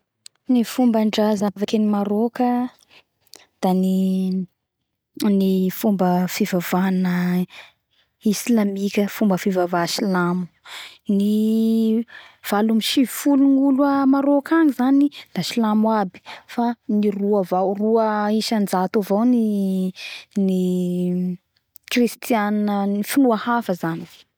Ny fomba ndraza mapiavaky any Maroc da ny fomba fivavaha Islamika fomba fivavaha silamo ny valo amby sivy folo gnolo a Maroka agny zany da silamo aby fa ny roa avao roa isanjato avao ny ny kristianina ny finoa hafa zany